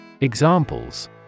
Examples